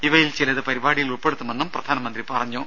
ഇവയിൽ ചിലത് പരിപാടിയിൽ ഉൾപ്പെടുത്തുമെന്നും പ്രധാനമന്ത്രി പറഞ്ഞു